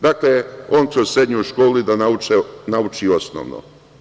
Dakle, momci u srednjoj školi da nauče osnovo.